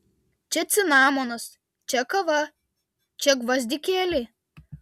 čia cinamonas čia kava čia gvazdikėliai